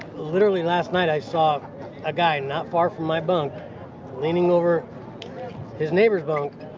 literally last night, i saw a guy not far from my bunk leaning over his neighbor's bunk,